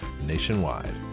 nationwide